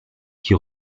qui